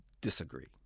disagree